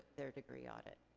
their degree audit.